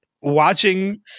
watching